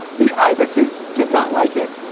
the ibises did not like it.